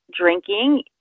drinking